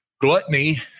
Gluttony